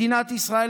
מדינת ישראל,